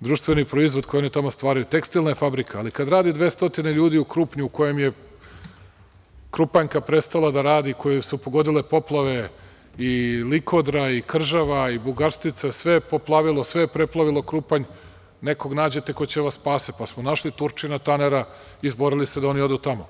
društveni proizvod koji oni tamo stvaraju, tekstilna je fabrika, ali kada radi 200 ljudi u Krupnju, u kojem je Krupanjka prestala da radi koju su pogodile poplave, i Likodra i Kržava i Bugarstrica, sve je poplavilo, sve je preplavilo Krupanj, nekog nađete ko će da vas spase, pa smo našli Turčina Tanera i izborili se da oni odu tamo.